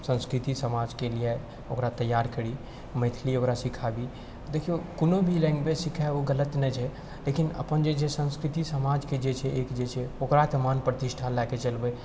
हम संस्कृति समाजके लिए ओकरा तैआर करी मैथिली ओकरा सिखाबी देखिऔ कोनो भी लैंग्वेज सीखै ओ गलत नहि छै लेकिन अपन जे छै संस्कृति समाजके जे छै ओकरा तऽ मान प्रतिष्ठा लऽ कऽ चलबै